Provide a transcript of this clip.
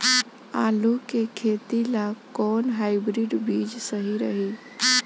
आलू के खेती ला कोवन हाइब्रिड बीज सही रही?